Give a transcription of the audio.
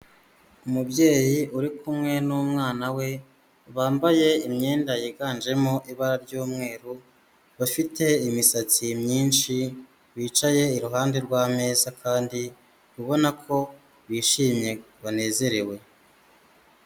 Umubyeyi uri kumwe n'umwana we bambaye imyenda yiganjemo ibara ry'umweru, bafite imisatsi myinshi, bicaye iruhande rw'ameza kandi ubona ko bishimye banezerewe.